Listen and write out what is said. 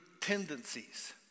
tendencies